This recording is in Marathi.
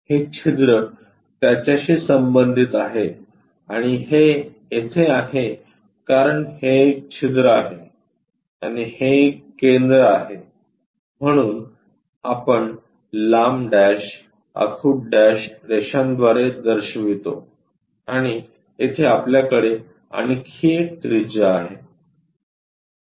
हे छिद्र त्याच्याशी संबंधित आहे आणि हे येथे आहे कारण हे एक छिद्र आहे आणि हे एक केंद्र आहे म्हणून आपण लांब डॅश आखुड डॅश रेषांद्वारे दर्शवितो आणि येथे आपल्याकडे आणखी एक त्रिज्या आहे